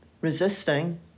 resisting